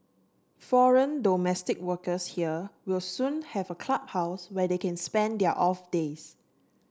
foreign domestic workers here will soon have a clubhouse where they can spend their off days